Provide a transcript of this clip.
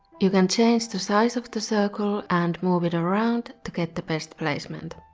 you can change the size of the circle and move it around to get the best placement.